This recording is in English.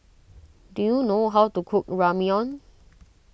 do you know how to cook Ramyeon